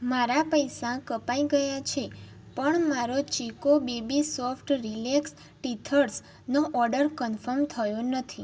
મારા પૈસા કપાઈ ગયા છે પણ મારો ચિકો બેબી સોફ્ટ રીલેક્સ ટીથર્સનો ઓર્ડર કન્ફર્મ થયો નથી